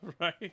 Right